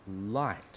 light